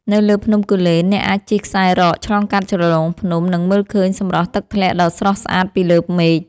នៅលើភ្នំគូលែន អ្នកអាចជិះខ្សែរ៉កឆ្លងកាត់ជ្រលងភ្នំ និងមើលឃើញសម្រស់ទឹកធ្លាក់ដ៏ស្រស់ស្អាតពីលើមេឃ។